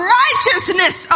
righteousness